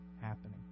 happening